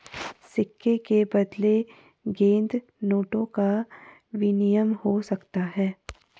सिक्के के बदले गंदे नोटों का विनिमय हो सकता है